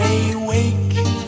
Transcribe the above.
awake